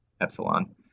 epsilon